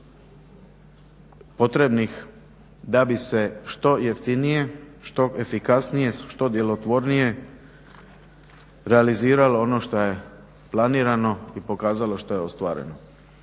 potrebnih da bi se što jeftinije, što efikasnije, što djelotvornije realiziralo ono što je planirano i pokazalo što je ostvareno.